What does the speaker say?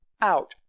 out